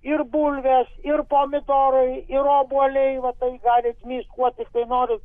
ir bulvės ir pomidorai ir obuoliai va tai galit mist kuo tiktai norit